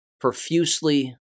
profusely